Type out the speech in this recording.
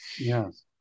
Yes